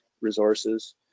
resources